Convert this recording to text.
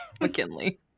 McKinley